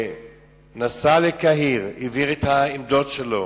נסע לקהיר, הבהיר את העמדות שלו,